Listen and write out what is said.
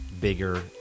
bigger